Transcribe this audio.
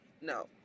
No